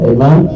Amen